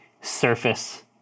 surface